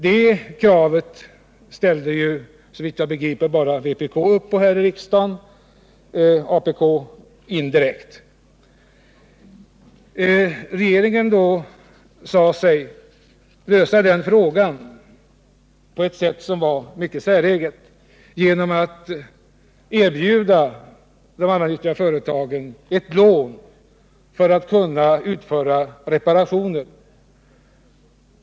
Det kravet ställde såvitt jag begriper bara vpk upp på här i riksdagen, apk indirekt. Regeringen sade sig lösa denna fråga på ett sätt som var mycket säreget genom att erbjuda bostadsföretagen ett lån för att kunna utföra reparationer.